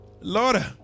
Lord